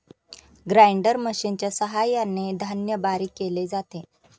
grinder मशिनच्या सहाय्याने धान्य बारीक केले जाते